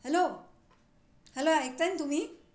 hello hello ऐकताय ना तुम्ही